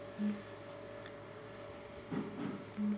పాపా ఏందీ పండ్లు ఇట్లా ముళ్ళు లెక్కుండాయి తినేయ్యెనా